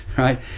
right